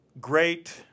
great